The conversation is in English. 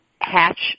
hatch